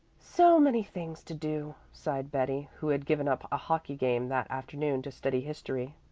so many things to do, sighed betty, who had given up a hockey game that afternoon to study history.